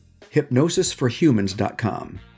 hypnosisforhumans.com